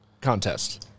contest